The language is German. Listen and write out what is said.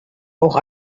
auch